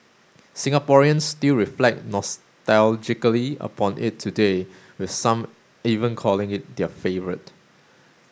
Singaporeans still reflect nostalgically upon it today with some even calling it their favourite